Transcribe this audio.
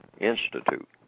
institute